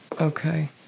Okay